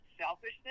selfishness